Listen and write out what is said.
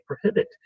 prohibit